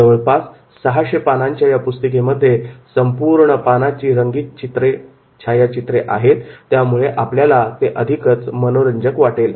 जवळपास सहाशे पानांच्या या पुस्तिकेमध्ये पूर्ण पानाची रंगीत छायाचित्रे आहेत त्यामुळे आपल्याला ते अधिकच मनोरंजक वाटेल